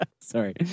Sorry